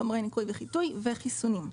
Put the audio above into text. חומרי ניקוי וחיטוי וחיסונים,